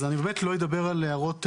אני לא אדבר על הערות נוסח,